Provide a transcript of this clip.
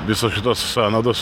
visos šitos sąnaudos